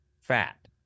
fat